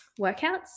workouts